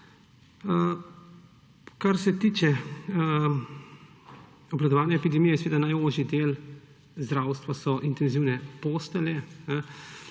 Kar se tiče obvladovanja epidemije. Najožji del zdravstva so intenzivne postelje,